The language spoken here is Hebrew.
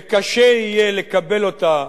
וקשה יהיה לקבל אותה